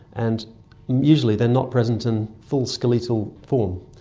and usually they are not present in full skeletal form,